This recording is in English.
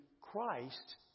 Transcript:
Christ